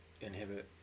inhibit